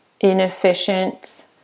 inefficient